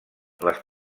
les